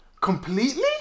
Completely